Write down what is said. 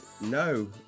no